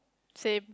same